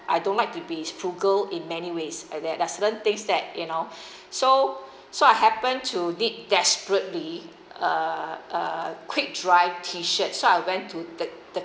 I don't like to be frugal in many ways there are certain things that you know so so I happen to need desperately uh uh quick dry t shirt so I went to the the